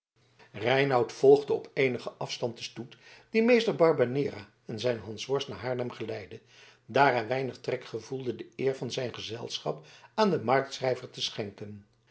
reinout volgde op eenigen afstand den stoet die meester barbanera en zijn hansworst naar haarlem geleidde daar hij weinig trek gevoelde de eer van zijn gezelschap aan den marktschrijver te schenken